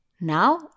Now